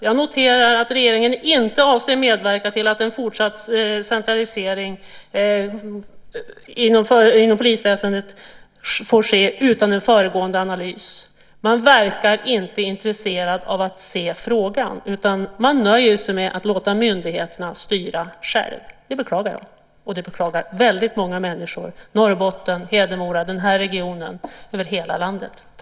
Jag noterar att regeringen inte avser medverka till att en fortsatt centralisering inom polisväsendet inte får ske utan föregående analys. Man verkar inte intresserad av att se frågan utan nöjer sig med att låta myndigheterna styra själva. Det beklagar jag, och det beklagar väldigt många människor i Norrbotten, Hedemora och Stockholmsregionen - ja, över hela landet.